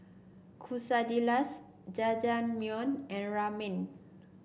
Quesadillas Jajangmyeon and Ramen